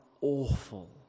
awful